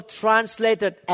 translated